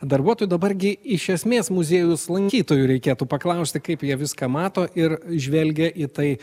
darbuotoju dabar gi iš esmės muziejaus lankytojų reikėtų paklausti kaip jie viską mato ir žvelgia į tai